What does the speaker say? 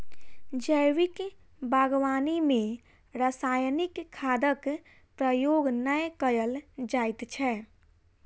जैविक बागवानी मे रासायनिक खादक प्रयोग नै कयल जाइत छै